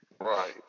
right